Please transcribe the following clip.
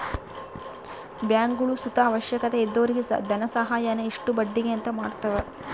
ಬ್ಯಾಂಕ್ಗುಳು ಸುತ ಅವಶ್ಯಕತೆ ಇದ್ದೊರಿಗೆ ಧನಸಹಾಯಾನ ಇಷ್ಟು ಬಡ್ಡಿಗೆ ಅಂತ ಮಾಡತವ